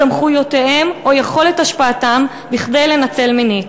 סמכויותיהם או יכולת השפעתם כדי לנצל מינית.